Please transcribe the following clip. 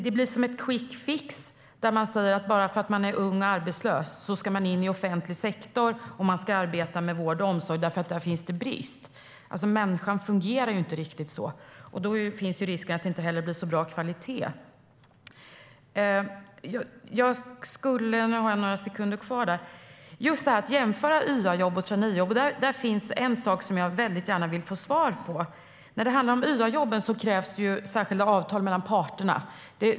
Det blir som en quickfix där man säger att bara för att man är ung och arbetslös ska man in i offentlig sektor och arbeta med vård och omsorg därför att det råder brist där. Men människan fungerar inte riktigt så. Det finns en risk att det inte blir så bra kvalitet. När det gäller att jämföra YA-jobb och traineejobb finns det en sak jag väldigt gärna vill få svar på. När det handlar om YA-jobb krävs särskilda avtal mellan parterna.